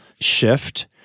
shift